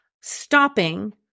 stopping